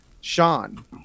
Sean